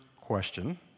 question